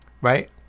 right